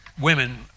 women